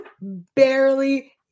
barely